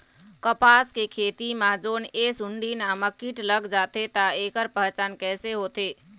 कपास के खेती मा जोन ये सुंडी नामक कीट लग जाथे ता ऐकर पहचान कैसे होथे?